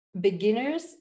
beginners